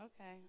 Okay